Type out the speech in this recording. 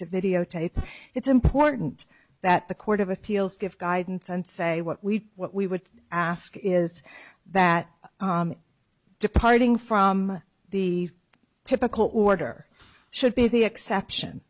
to videotape it's important that the court of appeals give guidance and say what we what we would ask is that departing from the typical order should be the exception